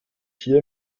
hier